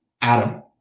Adam